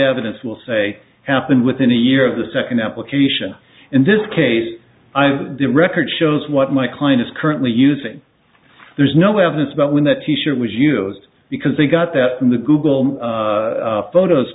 evidence will say happened within a year of the second application in this case the record shows what my client is currently using there's no evidence about when that fisher was used because they got that from the google photos